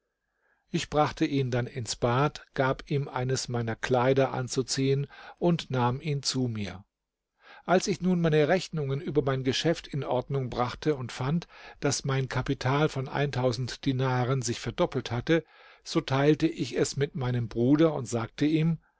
ich brachte ihn dann ins bad gab ihm eines meiner kleider anzuziehen und nahm ihn zu mir als ich nun meine rechnungen über mein geschäft in ordnung brachte und fand daß mein kapital von dinaren sich verdoppelt hatte so teilte ich es mit meinem bruder und sagte ihm